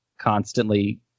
constantly